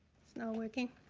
it's not working.